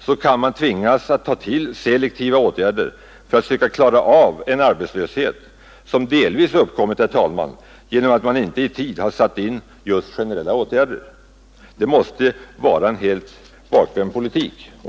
så kan man tvingas att ta till selektiva åtgärder för att söka klara av en arbetslöshet som delvis uppkommit genom att man inte i tid satt in just generella åtgärder. Det måste vara en helt bakvänd politik.